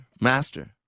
Master